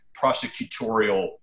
prosecutorial